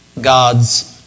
God's